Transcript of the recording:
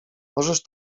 możesz